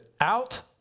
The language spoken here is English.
Out